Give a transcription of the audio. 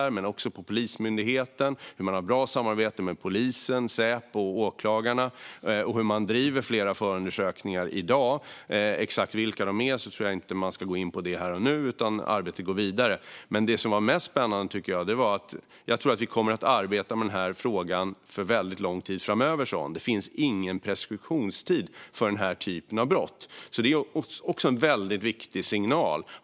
Det handlar också om Polismyndigheten och om att man har bra samarbete mellan polisen, Säpo och åklagarna. Och det handlar om hur man driver flera förundersökningar i dag. Exakt vilka de är tror jag inte att man ska gå in på här och nu. Arbetet går vidare. Men det som var mest spännande, tycker jag, var att hon sa: Jag tror att vi kommer att arbeta med den här frågan väldigt lång tid framöver. Det finns ingen preskriptionstid för den här typen av brott. Det är en väldigt viktig signal.